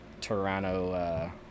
Toronto